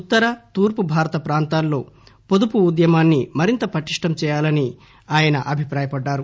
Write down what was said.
ఉత్తర తూర్పు భారత ప్రాంతాలలో పొదుపు ఉద్యమాన్సి మరింత పటిష్టం చేయాలని ఆయన అభిప్రాయపడ్డారు